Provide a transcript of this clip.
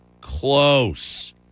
close